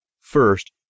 First